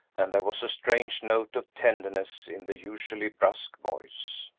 and there was a strange note of tenderness in the usually brusque voice.